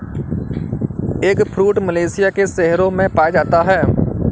eggfruit Malaysia के शहरों में पाया जाता है